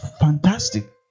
Fantastic